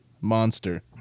monster